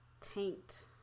taint